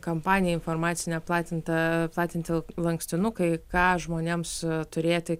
kampanija informacinė platinta platinti lankstinukai ką žmonėms turėti